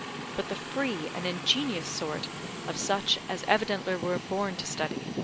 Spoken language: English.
but the free and ingenuous sort of such as evidently were born to study,